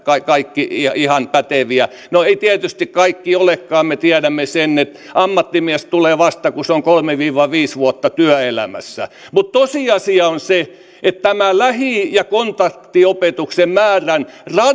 kaikki ihan päteviä no eivät tietysti kaikki olekaan me tiedämme sen että ammattimieheksi tulee vasta kun on kolme viiva viisi vuotta työelämässä mutta tosiasia on se että tämä lähi ja kontaktiopetuksen määrän